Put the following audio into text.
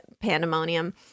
pandemonium